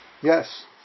Yes